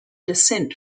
descent